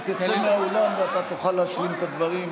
היא תצא מהאולם ואתה תוכל להשלים את הדברים.